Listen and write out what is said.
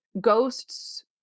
ghosts